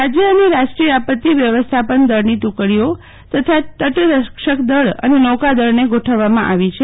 રાજય અને રાષ્ટ્રીય આપત્તિ વ્યવસ્થાપન દળની ટુકડીઓ તથા તટરક્ષકદલ અને નૌકાદળને ગોઠવવામાં આવી છે